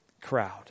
crowd